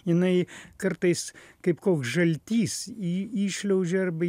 jinai kartais kaip koks žaltys į įšliaužia arba į